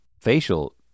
facial